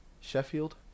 Sheffield